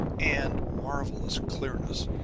and marvelous clearness,